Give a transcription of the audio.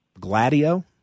Gladio